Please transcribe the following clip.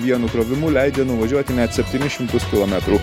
vienu įkrovimu leidžia nuvažiuoti net septynis šimtus kilometrų